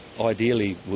Ideally